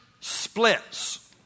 splits